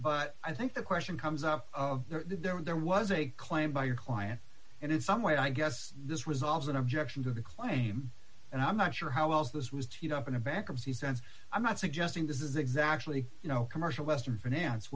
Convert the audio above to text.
but i think the question comes up there when there was a claim by your client and in some way i guess this resolves an objection to the claim and i'm not sure how is this was teed up in a bankruptcy sense i'm not suggesting this is exactly you know commercial western finance